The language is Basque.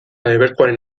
debekuaren